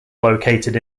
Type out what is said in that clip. located